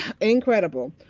incredible